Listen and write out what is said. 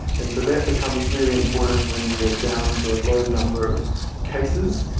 and so that becomes really important when we are down to a low number of cases,